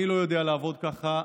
אני לא יודע לעבוד ככה.